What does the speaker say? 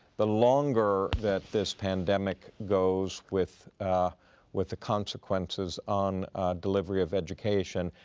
the longer that this pandemic goes with with the consequences on delivery of education,